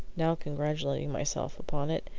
now congratulating myself upon it,